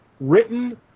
written